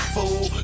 Fool